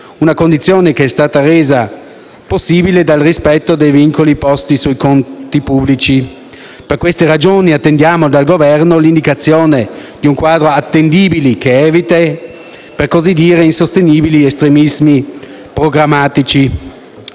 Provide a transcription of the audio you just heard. una condizione che è stata resa possibile dal rispetto dei vincoli posti sui conti pubblici. Per queste ragioni attendiamo dal Governo l'indicazione di un quadro attendibile che eviti, per così dire, insostenibili estremismi programmatici.